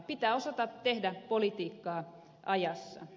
pitää osata tehdä politiikkaa ajassa